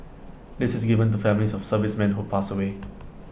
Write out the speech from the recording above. this is given to families of servicemen who pass away